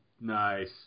Nice